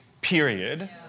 period